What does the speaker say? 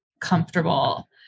comfortable